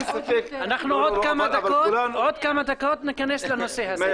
בעוד מספר דקות ניכנס לנושא הזה.